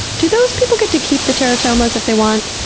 do those people get to keep the teratomas if they want?